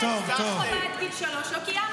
בסדר, אבל זו לא המציאות.